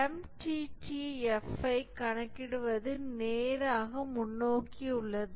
MTTF ஐ கணக்கிடுவது நேராக முன்னோக்கி உள்ளது